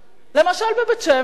למשל בבית-שמש.